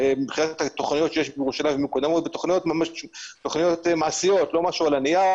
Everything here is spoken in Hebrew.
התכניות שיש בירושלים מקודמות והן תכניות מעשיות ולא משהו על הנייר.